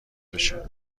بشه